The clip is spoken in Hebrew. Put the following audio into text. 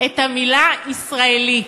את המילה הישראלי,